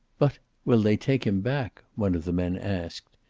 but will they take him back? one of the men asked.